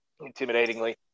intimidatingly